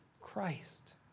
Christ